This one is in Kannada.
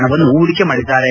ಹಣವನ್ನು ಹೂಡಿಕೆ ಮಾಡಿದ್ದಾರೆ